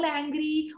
angry